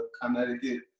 Connecticut